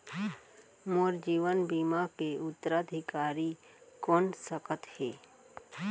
मोर जीवन बीमा के उत्तराधिकारी कोन सकत हे?